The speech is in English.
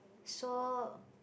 saw